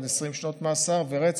עד 20 שנות מאסר,